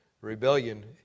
rebellion